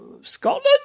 Scotland